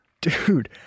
Dude